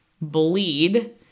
bleed